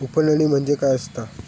उफणणी म्हणजे काय असतां?